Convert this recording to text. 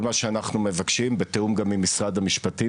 כל מה שאנחנו מבקשים, בתיאום גם עם משרד המשפטים.